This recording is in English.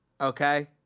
okay